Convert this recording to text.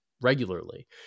regularly